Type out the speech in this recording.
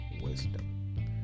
wisdom